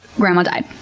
grandma died.